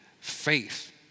faith